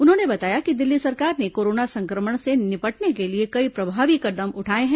उन्होंने बताया कि दिल्ली सरकार ने कोरोना संक्रमण से निपटने के लिए कई प्रभावी कदम उठाए हैं